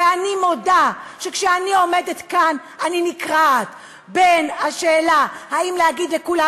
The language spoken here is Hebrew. ואני מודה שכשאני עומדת כאן אני נקרעת בין השאלה האם להגיד לכולם: